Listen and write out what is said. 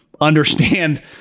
Understand